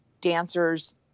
dancers